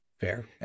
Fair